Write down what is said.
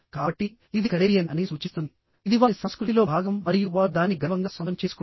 కాబట్టి ఇది కరేబియన్ అని సూచిస్తుంది ఇది వారి సంస్కృతిలో భాగం మరియు వారు దానిని గర్వంగా సొంతం చేసుకోవచ్చు